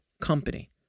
company